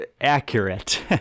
accurate